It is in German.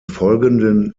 folgenden